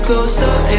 Closer